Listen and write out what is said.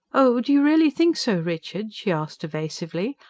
oh, do you really think so, richard? she asked evasively.